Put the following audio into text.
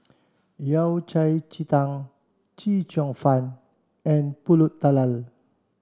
Yao Cai Ji Tang Chee Cheong Fun and Pulut Tatal